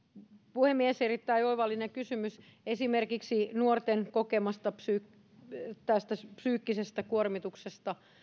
puhemies erittäin oivallinen kysymys esimerkiksi nuorten kokeman psyykkisen kuormituksen